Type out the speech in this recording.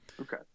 Okay